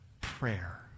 prayer